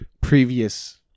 previous